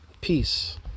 peace